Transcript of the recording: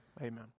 amen